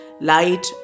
Light